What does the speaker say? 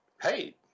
hey